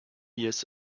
years